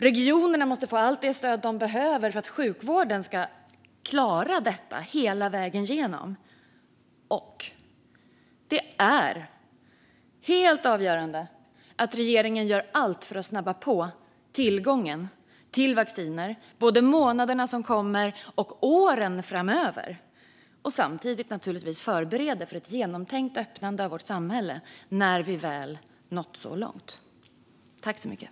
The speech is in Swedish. Regionerna måste få allt det stöd de behöver för att sjukvården ska klara detta hela vägen igenom. Det är helt avgörande att regeringen gör allt för att snabba på tillgången till vacciner, både under de månader som kommer och under åren framöver, och samtidigt naturligtvis förbereder för ett genomtänkt öppnande av vårt samhälle när vi väl nått så långt.